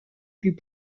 plus